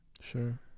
Sure